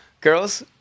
Girls